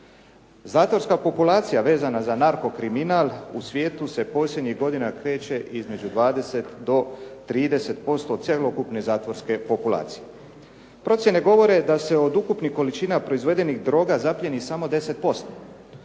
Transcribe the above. Zatvorska populacija, vezana za narkokriminal, u svijetu se posljednjih godina kreće između 20 do 30% cjelokupne zatvorske populacije. Procjene govore da se od ukupnih količina proizvedenih droga zaplijeni samo 10%,